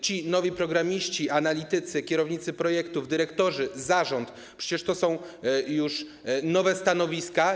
Ci nowi programiści, analitycy, kierownicy projektów, dyrektorzy, członkowie zarządu - przecież to są już nowe stanowiska.